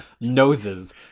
noses